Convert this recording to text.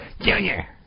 Junior